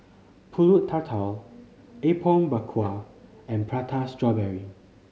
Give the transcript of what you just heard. Pulut Tatal Apom Berkuah and Prata Strawberry